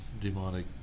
demonic